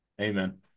Amen